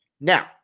Now